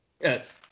Yes